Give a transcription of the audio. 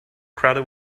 crowded